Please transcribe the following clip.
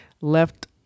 left